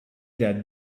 that